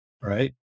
right